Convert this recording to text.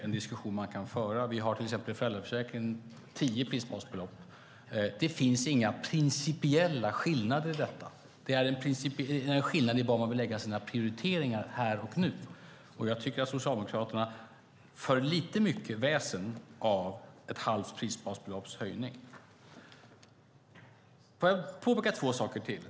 I föräldraförsäkringen har vi till exempel 10 prisbasbelopp. Det finns inga principiella skillnader i detta. Det är en skillnad i hur man vill göra sina prioriteringar här och nu. Jag tycker att Socialdemokraterna för lite väl mycket väsen av en höjning på ett halvt prisbasbelopp. Jag vill påpeka två saker till.